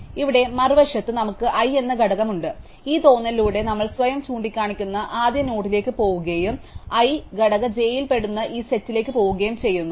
ഇവിടെ മറുവശത്ത് നമുക്ക് i എന്ന ഘടകം ഉണ്ട് ഈ തോന്നലിലൂടെ നമ്മൾ സ്വയം ചൂണ്ടിക്കാണിക്കുന്ന ആദ്യ നോഡിലേക്ക് പോകുകയും i ഞാൻ ഘടക j യിൽ പെടുന്ന ഈ സെറ്റിലേക്ക് പോകുകയും ചെയ്യുന്നു